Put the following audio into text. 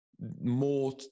more